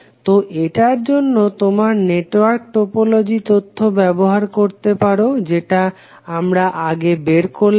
তো এটার জন্য তোমরা নেটওয়ার্ক টোপোলজি তথ্য ব্যবহার করতে পারো যেটা আমরা আগে বের করলাম